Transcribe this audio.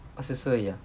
二十四而已 ah